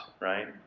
right